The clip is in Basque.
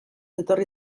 etorri